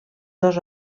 dos